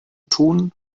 tun